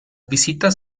visitas